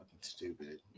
stupid